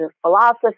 philosophy